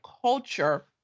culture